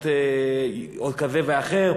אות כזה או אחר,